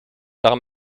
par